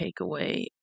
takeaway